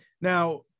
Now